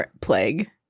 plague